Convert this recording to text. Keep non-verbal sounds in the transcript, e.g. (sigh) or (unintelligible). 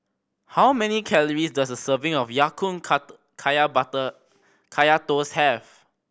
how many calories does a serving of Ya Kun (unintelligible) kaya (unintelligible) Kaya Toast have